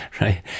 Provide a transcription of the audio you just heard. right